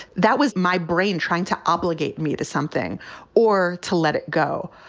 that was my brain trying to obligate me to something or to let it go.